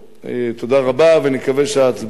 תודה רבה, ואני מקווה שההצבעה תהיה טובה.